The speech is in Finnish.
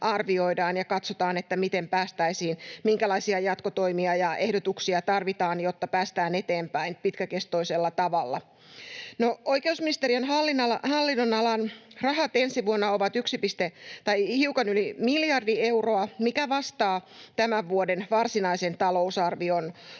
ja katsotaan, minkälaisia jatkotoimia ja ehdotuksia tarvitaan, jotta päästään eteenpäin pitkäkestoisella tavalla. No, oikeusministeriön hallinnonalan rahat ensi vuonna ovat hiukan yli miljardi euroa, mikä vastaa tämän vuoden varsinaisen talousarvion